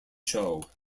show